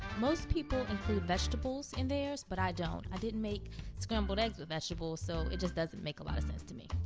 most people include vegetables in theirs, but i don't. i didn't make scrambled eggs with vegetables so it doesn't make a lot of sense to me.